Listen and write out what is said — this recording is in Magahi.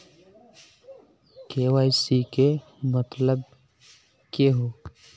के.वाई.सी के मतलब केहू?